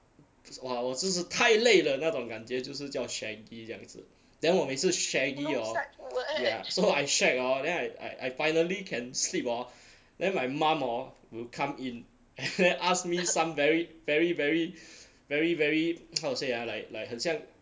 !wah! 我就是太累了那种感觉就是叫 shaggy 这样子 then 我每次 shaggy orh ya so I shag orh then I I I finally can sleep orh then my mom orh will come in and then ask me some very very very very very how to say ah like like 很像